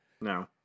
no